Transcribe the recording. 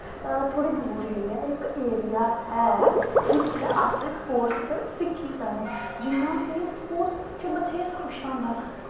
थोह्ड़े दूर जेह् ऐ इक एरिया ऐ जित्थै अस स्पोर्टस सिक्खी सकने जि'यां कि स्पोर्टस च बथ्हेरा किश औंदा